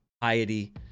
piety